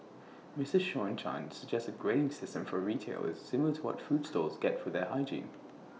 Mister Sean chan suggests A grading system for retailers similar to what food stalls get for their hygiene